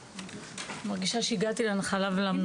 אני מרגישה שהגעתי את המנוחה ואל הנחלה.